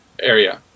area